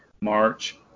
March